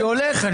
אני הולך.